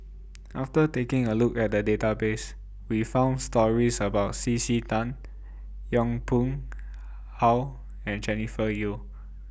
after taking A Look At The Database We found stories about C C Tan Yong Pung How and Jennifer Yeo